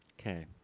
Okay